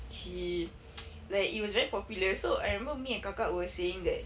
she like it was very popular so I remember me and kakak we were saying that